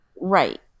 Right